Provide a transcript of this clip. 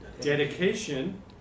dedication